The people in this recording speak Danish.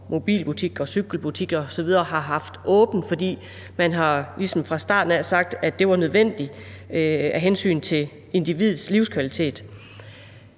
mobilbutikker, cykelbutikker osv. har haft åbent, fordi man ligesom fra starten af har sagt, at det var nødvendigt af hensyn til individets livskvalitet.